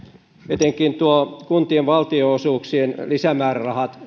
etenkin kuntien valtionosuuksien lisämäärärahat